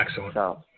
Excellent